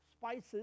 spices